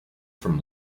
from